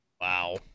Wow